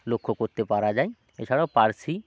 লক্ষ্য করতে পারা যায় এছাড়াও পার্সি